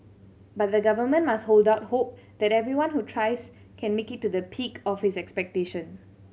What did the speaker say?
but the Government must hold out hope that everyone who tries can make it to the peak of his expectation